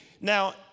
Now